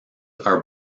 are